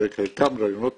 וחלקם רעיונות